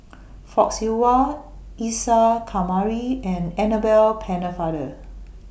Fock Siew Wah Isa Kamari and Annabel Pennefather